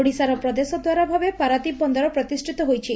ଓଡ଼ିଶାର ପ୍ରବେଶ ଦ୍ୱାର ଭାବେ ପାରାଦ୍ୱୀପ ବନ୍ଦର ପ୍ରତିଷିତ ହୋଇଛି